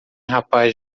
rapaz